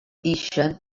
ixen